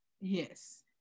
Yes